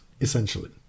essentially